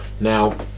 Now